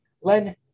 Len